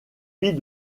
fit